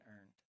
earned